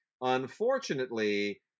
Unfortunately